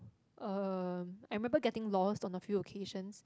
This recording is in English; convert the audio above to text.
um I remember getting lost on a few ocassions